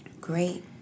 great